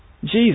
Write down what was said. Jesus